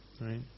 right